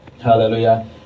hallelujah